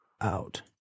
out